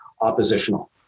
oppositional